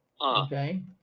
Okay